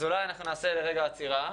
אז אולי אנחנו נעשה לרגע עצירה.